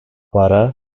para